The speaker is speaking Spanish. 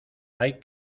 hay